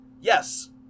Yes